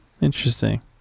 interesting